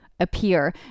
appear